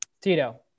Tito